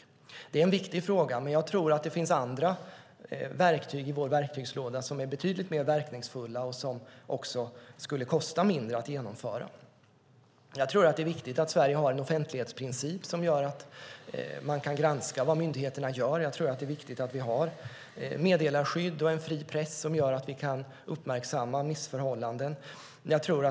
Detta är en viktig fråga, men jag tror att det finns andra verktyg i vår verktygslåda som är betydligt mer verkningsfulla och som det också skulle kosta mindre att använda. Det är viktigt att Sverige har en offentlighetsprincip så att man kan granska vad myndigheterna gör. Det är viktigt att vi har meddelarskydd och en fri press som gör att vi kan uppmärksamma missförhållanden.